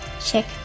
check